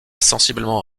sensiblement